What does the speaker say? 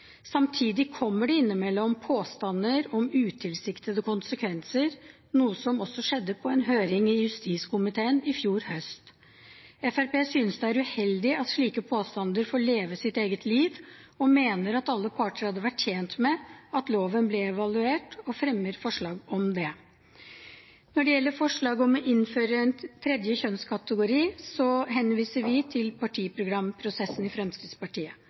Samtidig kommer det innimellom påstander om utilsiktede konsekvenser, noe som også skjedde på en høring i justiskomiteen i fjor høst. Fremskrittspartiet synes det er uheldig at slike påstander får leve sitt eget liv, og mener at alle parter hadde vært tjent med at loven ble evaluert, og vi fremmer forslag om det. Når det gjelder forslaget om å innføre en tredje kjønnskategori, henviser vi til partiprogramprosessen i Fremskrittspartiet.